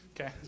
Okay